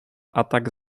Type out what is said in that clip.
atak